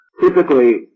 Typically